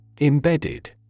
Embedded